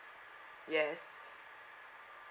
yes